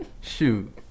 Shoot